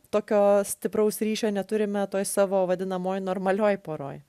tokio stipraus ryšio neturime toj savo vadinamoj normalioj poroj